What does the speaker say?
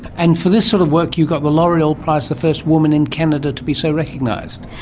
and for this sort of work you got the l'oreal prize, the first woman in canada to be so recognised.